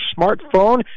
smartphone